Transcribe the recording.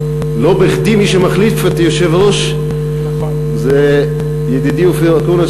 לא בכדי מי שמחליף את היושב-ראש זה ידידי אופיר אקוניס,